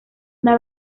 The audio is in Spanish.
una